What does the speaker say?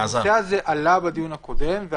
זה עלה בדיון הקודם,